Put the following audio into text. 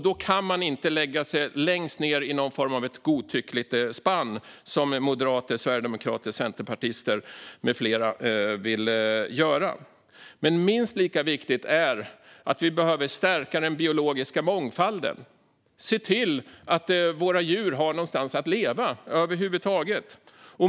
Då kan man inte lägga sig längst ned i någon form av godtyckligt spann som moderater, sverigedemokrater och centerpartister med flera vill göra. Minst lika viktigt är att vi behöver stärka den biologiska mångfalden och se till att våra djur har någonstans att leva över huvud taget.